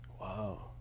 Wow